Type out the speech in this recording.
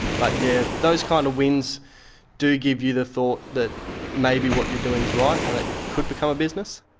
but yes, yeah those kind of wins do give you the thought that maybe what you're doing is right, and it could become a business.